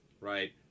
right